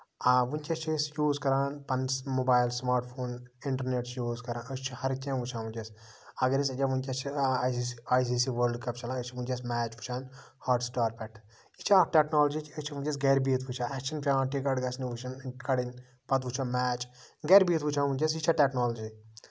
آ وٕنکیٚس چھِ أسۍ یوٗز کران پَنٕنۍ موبایِل سٔمارٹ فون اِنٹرنیٹ چھِ یوٗز کران أسۍ چھِ ہر کیٚنہہ وٕچھان وٕنکیٚس اَگرأسۍ أکیاہ وٕنکیٚس I C C I C C world cup چَلان أسۍ چھِ ونکیٚس میچ وٕچھان ہوٹ سٔٹار پٮ۪ٹھ یہِ چھےٚ اکھ ٹٮ۪کنولجی أسۍ چھِ ؤنکیٚس گرِ بِہِتھ وٕچھان اَسہِ چھُنہٕ ٹِکَٹ گژھِنہِ وٕچھُن کَڑٕںۍ پَتہٕ وٕچھو میچ گرِ بِہِتھ وٕچھان ونکیٚس یہِ چھےٚ ٹٮ۪کنولجی